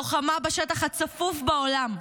לוחמה בשטח הצפוף בעולם,